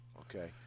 Okay